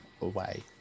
away